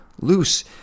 loose